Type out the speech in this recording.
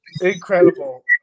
incredible